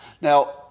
Now